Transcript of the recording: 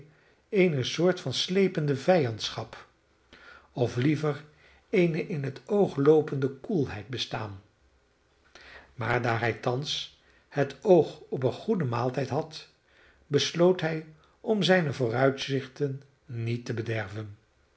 eene soort van slepende vijandschap of liever eene in het oog loopende koelheid bestaan maar daar hij thans het oog op een goeden maaltijd had besloot hij om zijne vooruitzichten niet te bederven